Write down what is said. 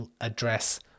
address